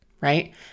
right